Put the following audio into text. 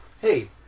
hey